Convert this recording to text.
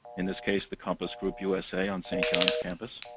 in this case the compost group usa on st. john's campus.